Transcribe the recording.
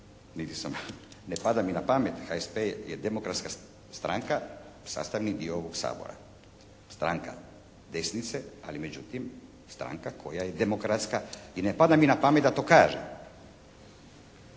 niti sam. Ne pada mi na pamet, HSP je demokratska stranka sastavni dio ovog Sabora. Stranka desnice, ali međutim stranka koja je demokratska i ne pada mi na pamet da to kažem.